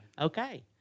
Okay